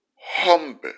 humble